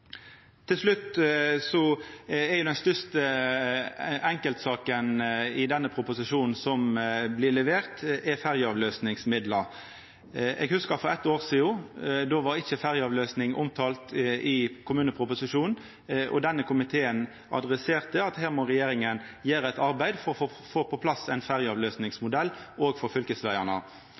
Til slutt er den største enkeltsaka som blir levert i denne proposisjonen, ferjeavløysingsmidlar. Eg hugsar at for eitt år sidan var ikkje ferjeavløysing omtalt i kommuneproposisjonen. Denne komiteen adresserte at regjeringa måtte gjera eit arbeid for å få på plass ein ferjeavløysingsmodell òg for fylkesvegane.